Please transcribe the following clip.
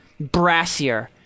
brassier